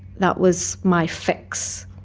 that was my fix,